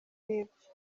y’epfo